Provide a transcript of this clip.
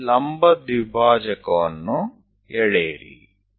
ಅಲ್ಲಿ ಲಂಬ ದ್ವಿಭಾಜಕವನ್ನು ಎಳೆಯಿರಿ